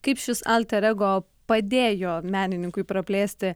kaip šis alter ego padėjo menininkui praplėsti